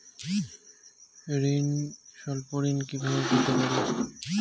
স্বল্প ঋণ কিভাবে পেতে পারি?